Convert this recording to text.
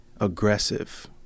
aggressive